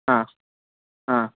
ಆಂ ಆಂ